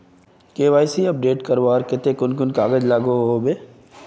KYC update करवार केते कुन कुन कागज लागोहो होबे?